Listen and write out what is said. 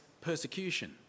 persecution